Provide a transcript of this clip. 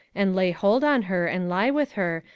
and lay hold on her, and lie with her,